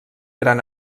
gran